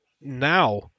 now